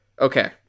Okay